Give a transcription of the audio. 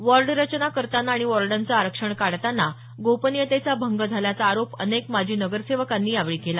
ward रचना करताना आणि वॉर्डांचं आरक्षण काढताना गोपनियतेचा भंग झाल्याचा आरोप अनेक माजी नगरसेवकांनी यावेळी केला